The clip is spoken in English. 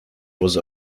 was